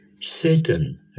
Satan